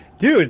dude